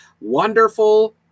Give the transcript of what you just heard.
Wonderful